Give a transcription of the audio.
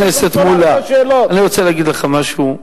חבר הכנסת מולה, אני רוצה להגיד לך משהו,